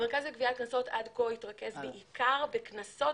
המרכז לגביית קנסות עד כה התרכז בעיקר בקנסות